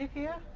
here?